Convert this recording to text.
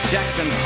Jackson